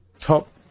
Top